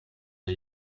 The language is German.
der